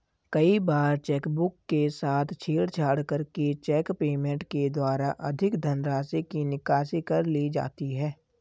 कई बार चेकबुक के साथ छेड़छाड़ करके चेक पेमेंट के द्वारा अधिक धनराशि की निकासी कर ली जाती है